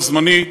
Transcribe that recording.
ולא זמני,